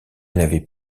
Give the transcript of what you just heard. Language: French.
n’avait